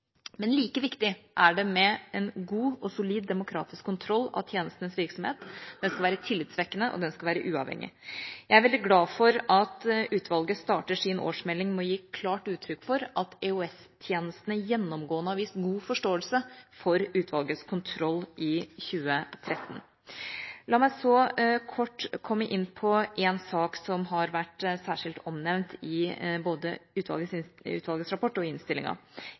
Men like viktig er det med en god og solid demokratisk kontroll av tjenestenes virksomhet. Den skal være tillitvekkende, og den skal være uavhengig. Jeg er veldig glad for at utvalget starter sin årsmelding med å gi klart uttrykk for at EOS-tjenestene gjennomgående har vist god forståelse for utvalgets kontroll i 2013. La meg så kort komme inn på en sak som har vært særskilt omtalt både i utvalgets rapport og i innstillinga: